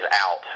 out